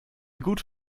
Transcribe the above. gute